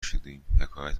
شدیم؟ حکایت